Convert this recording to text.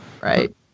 right